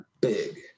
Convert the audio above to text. big